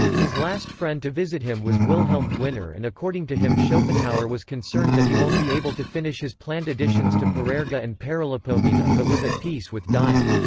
his last friend to visit him was wilhelm gwinner and according to him schopenhauer was concerned that he won't be able to finish his planned additions to parerga and paralipomena but was at peace with dying.